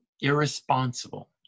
irresponsible